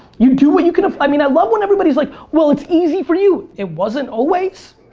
you do what you can, i mean i love when everybody's like, well it's easy for you. it wasn't always.